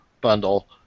bundle